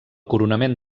coronament